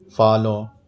follow